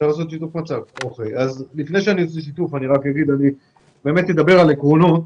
ותוכלו לראות את המצגת אני רק אדבר על עקרונות.